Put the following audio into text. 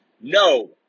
no